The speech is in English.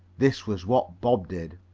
this was what bob did.